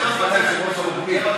זה להיות בצוות בידור.